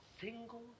single